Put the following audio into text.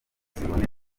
ziboneka